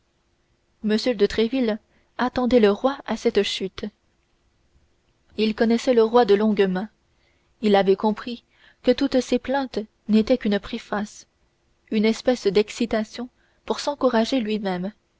m de tréville attendait le roi à cette chute il connaissait le roi de longue main il avait compris que toutes ses plaintes n'étaient qu'une préface une espèce d'excitation pour s'encourager lui-même